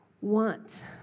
want